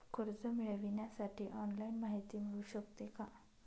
कर्ज मिळविण्यासाठी ऑनलाईन माहिती मिळू शकते का?